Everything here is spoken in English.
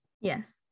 Yes